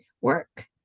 work